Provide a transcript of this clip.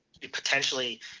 potentially